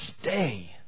stay